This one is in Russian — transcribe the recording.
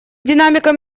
динамика